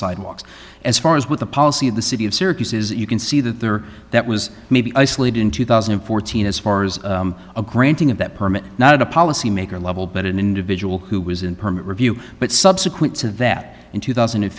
sidewalks as far as what the policy of the city of syracuse is you can see that there that was maybe isolated in two thousand and fourteen as far as a granting of that permit not a policy maker level but an individual who was in permit review but subsequent to that in two thousand and